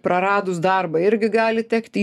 praradus darbą irgi gali tekti